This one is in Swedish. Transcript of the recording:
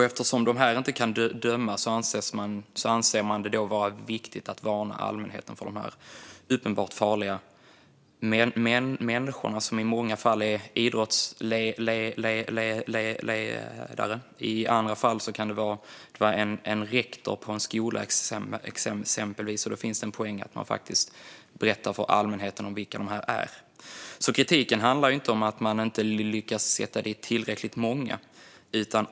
Eftersom dessa då inte kan dömas anser man det vara viktigt att varna allmänheten för dessa uppenbart farliga människor. I många fall kan de vara idrottsledare; i ett fall handlade det om en rektor på en skola. Då finns det en poäng i att faktiskt berätta för allmänheten vilka de är. Kritiken handlar inte om att man inte lyckas sätta dit tillräckligt många.